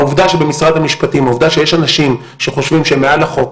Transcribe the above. העובדה שיש אנשים שחושבים שהם מעל החוק,